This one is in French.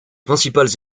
principales